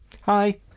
Hi